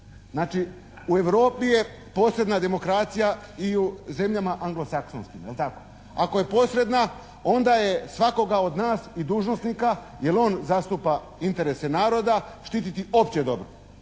Znači, u Europi je posredna demokracija i u zemljama anglo-saksonskim, je li tako. Ako je posredna onda je svakako od nas i dužnosnika jer on zastupa interese naroda štititi opće dobro.